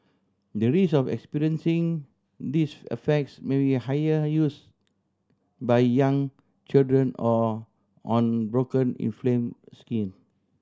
the risk of experiencing these effects may be higher used by young children or on broken inflamed skin